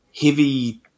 heavy